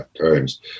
times